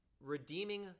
redeeming